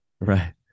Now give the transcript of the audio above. Right